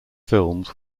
films